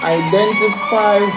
identify